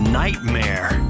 nightmare